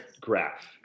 graph